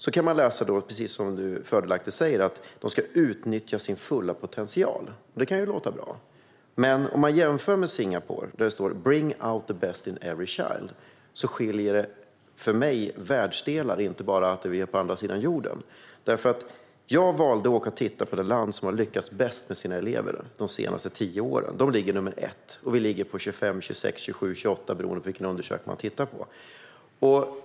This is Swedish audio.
När man går igenom dessa skolplaner och läroplaner kan man läsa, precis som du säger, att eleverna ska utnyttja sin fulla potential. Det kan ju låta bra. Men om man jämför med Singapore, där det står "bring out the best in every child", skiljer det för mig världsdelar, och inte bara därför att vi är på andra sidan jorden. Jag valde att åka och titta på det land som har lyckats bäst med sina elever de senaste tio åren. De ligger på första plats, medan vi ligger på plats 25, 26, 27 eller 28 beroende på vilken undersökning man tittar på.